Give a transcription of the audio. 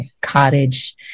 cottage